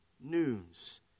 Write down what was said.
news